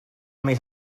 més